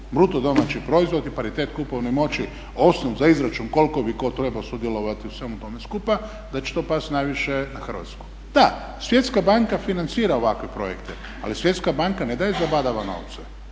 jasno ako su BDP i paritet kupovne moći osnov za izračun koliko bi tko trebao sudjelovati u svemu tome skupa, da će to past najviše na Hrvatsku. Da, Svjetska banka financira ovakve projekte, ali Svjetska banka ne daje zabadava novce.